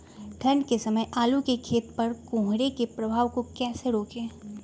ठंढ के समय आलू के खेत पर कोहरे के प्रभाव को कैसे रोके?